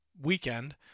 weekend